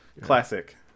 Classic